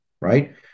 right